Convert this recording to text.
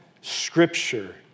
scripture